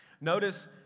Notice